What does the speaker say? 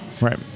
Right